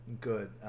good